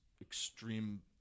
extreme